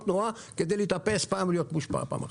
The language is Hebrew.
תנועה כדי להיתפס פעם ולהיות מורשע פעם אחת.